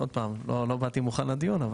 לא באתי מוכן לדיון.